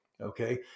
okay